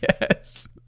yes